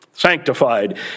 sanctified